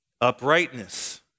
Uprightness